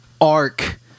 arc